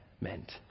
meant